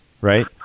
right